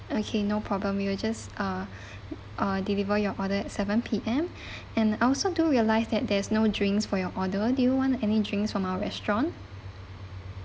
okay no problem we will just uh uh deliver your order at seven P_M and I also do realise that there's no drinks for your order do you want any drinks from our restaurant